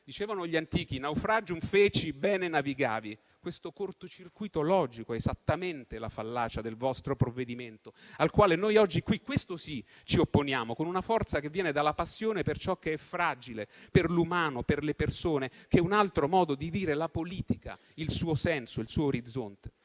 Dicevano gli antichi: *naufragium feci, bene navigavi*. Questo cortocircuito logico è esattamente la fallacia del vostro provvedimento, al quale noi oggi qui, questo sì, ci opponiamo, con una forza che viene dalla passione per ciò che è fragile, per l'umano e per le persone, che è un altro modo di dire la politica, il suo senso e il suo orizzonte.